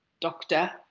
doctor